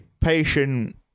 patient